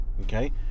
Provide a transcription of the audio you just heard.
Okay